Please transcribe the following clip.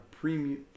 premium